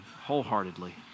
wholeheartedly